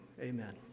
amen